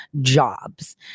jobs